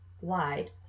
wide